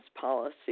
policy